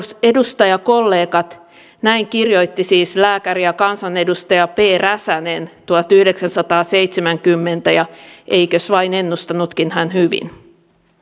edustajakollegat näin kirjoitti siis lääkäri ja kansanedustaja p räsänen tuhatyhdeksänsataaseitsemänkymmentä ja eikös vain ennustanutkin hän hyvin